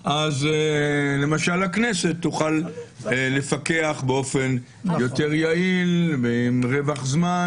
למשל הכנסת תוכל לפקח באופן יותר יעיל ועם רווח זמן.